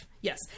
Yes